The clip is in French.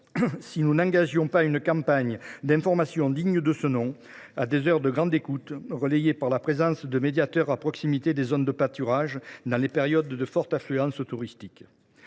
si nous n’engagions pas une campagne d’information digne de ce nom, à des heures de grande écoute, relayée par la présence de médiateurs à proximité des zones de pâturage dans les périodes de forte affluence touristique.